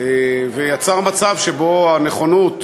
ויצר מצב שבו הנכונות,